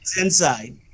inside